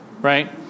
right